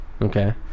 Okay